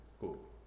Cool